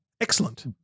Excellent